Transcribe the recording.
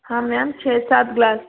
हाँ मैम छः सात ग्लास